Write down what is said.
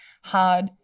hard